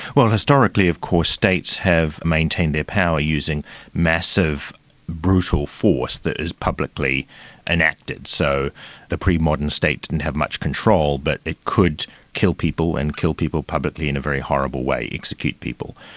well, historically of course states have maintained their power using massive brutal force that is publicly enacted. so the pre-modern state didn't have much control but it could kill people, and kill people publicly in a very horrible way, execute people.